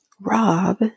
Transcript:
Rob